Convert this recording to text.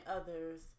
others